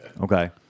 Okay